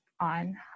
on